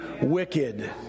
wicked